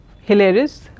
hilarious